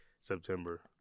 september